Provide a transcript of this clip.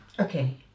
Okay